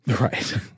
Right